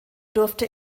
durfte